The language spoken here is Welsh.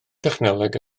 technoleg